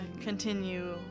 continue